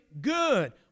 good